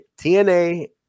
TNA